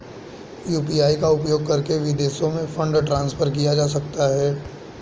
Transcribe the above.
UPI का उपयोग करके विदेशों में फंड ट्रांसफर किया जा सकता है?